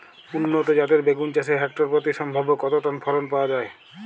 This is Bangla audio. উন্নত জাতের বেগুন চাষে হেক্টর প্রতি সম্ভাব্য কত টন ফলন পাওয়া যায়?